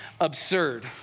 absurd